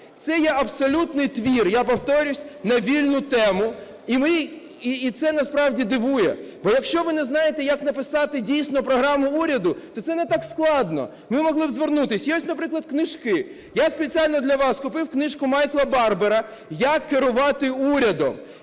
Це є абсолютний твір, я повторюсь, на вільну тему. І це насправді дивує. Бо якщо ви не знаєте, як написати, дійсно, програму уряду, то це не так складно. Ви могли б звернутись. Є ось, наприклад, книжки. Я спеціально для вас купив книжку Майкла Барбера "Як керувати урядом",